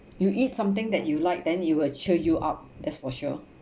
you eat something that you like then it will cheer you up that's for sure